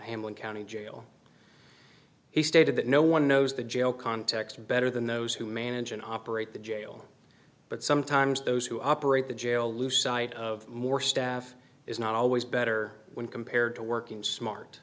one county jail he stated that no one knows the jail context better than those who manage an operate the jail but sometimes those who operate the jail lose sight of more staff is not always better when compared to working smart